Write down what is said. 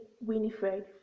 Winifred